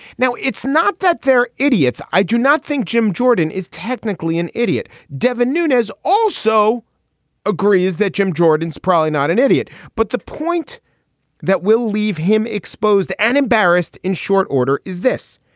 now it's not that they're idiots. i do not think jim jordan is technically an idiot. devin nunez also agrees that jim jordan's probably not an idiot. but the point that will leave him exposed and embarrassed in short order is this.